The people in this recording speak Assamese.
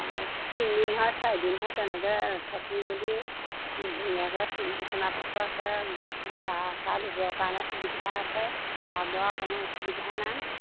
তিনিদিন হয় চাৰিদিন হয় তেনেকৈ থাকি মেলি ধুনীয়াকৈ বিচনা পত্ৰ আছে গা চা ধুবৰ কাৰণে সুবিধা আছে খোৱা বোৱাৰ কোনো অসুবিধা নাই